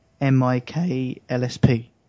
M-I-K-L-S-P